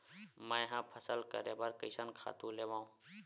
मैं ह फसल करे बर कइसन खातु लेवां?